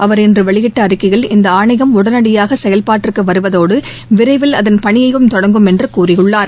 அவர் இன்று வெளியிட்ட அறிக்கையில் இந்த ஆணையம் உடனடியாக செயல்பாட்டுக்கு வருவதோடு விரைவில் அதன் பணியையும் தொடங்கும் என்று கூறியுள்ளார்